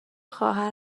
خواهر